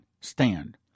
stand